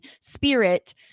spirit